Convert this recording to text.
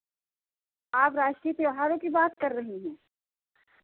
आप राष्ट्रीय त्योहारों की बात कर रही हैं